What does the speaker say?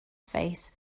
face